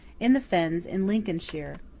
in the fens in lincolnshire.